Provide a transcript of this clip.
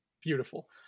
beautiful